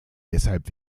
deshalb